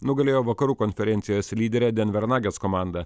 nugalėjo vakarų konferencijos lyderę denver nuggets komandą